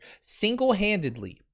Single-handedly